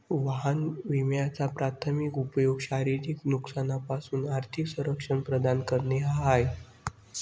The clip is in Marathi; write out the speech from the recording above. वाहन विम्याचा प्राथमिक उपयोग शारीरिक नुकसानापासून आर्थिक संरक्षण प्रदान करणे हा आहे